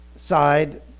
side